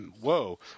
whoa